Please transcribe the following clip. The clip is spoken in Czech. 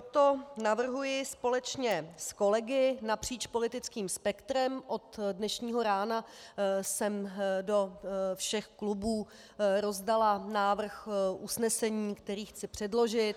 Proto navrhuji společně s kolegy napříč politickým spektrem od dnešního rána jsem do všech klubů rozdala návrh usnesení, který chci předložit.